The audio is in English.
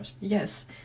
Yes